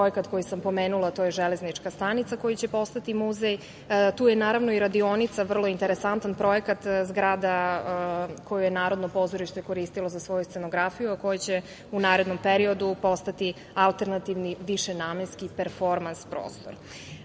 projekat koji sam pomenula, to je železnička stanica koja će postati muzej, tu je naravno i radionica, vrlo interesantan projekat, zgrada koju je Narodno pozorište koristilo za svoju scenografiju, a koja će u narednom periodu postati alternativni, višenamenski performans prostor. Zaista